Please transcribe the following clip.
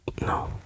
no